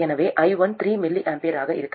எனவே i1 3 mA ஆக இருக்கும்